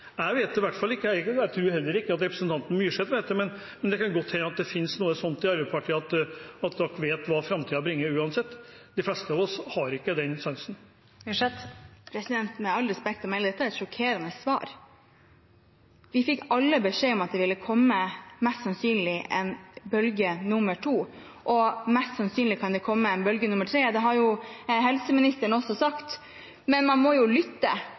Jeg vet det i hvert fall ikke, og jeg tror heller ikke at representanten Myrseth vet det, men det kan godt hende at det finnes noe sånt i Arbeiderpartiet som gjør at de vet hva framtiden bringer uansett. De fleste av oss har ikke den sansen. Med all respekt å melde, det er et sjokkerende svar. Vi fikk alle beskjed om at det mest sannsynlig ville komme en bølge nr. 2, og mest sannsynlig kan det komme en bølge nr. 3. Det har helseministeren også sagt. Men man må lytte